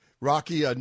Rocky